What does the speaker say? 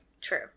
True